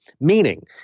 meaning